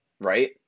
right